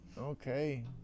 Okay